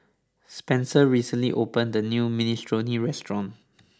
Spencer recently opened the new Minestrone restaurant